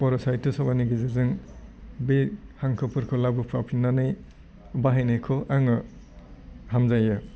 बर' साहित्य सभानि गेजेरजों बे हांखोफोरखौ लाबोफाफिन्नानै बाहायनायखौ आङो हामजायो